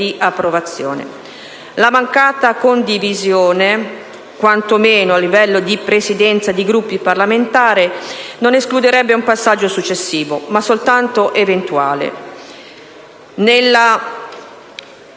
approvazione. La mancata condivisione, quanto meno a livello di presidenza di Gruppi parlamentari, non escluderebbe un passaggio successivo, ma soltanto eventuale, nella